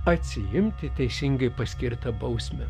atsiimti teisingai paskirtą bausmę